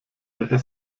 der